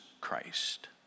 Christ